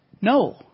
No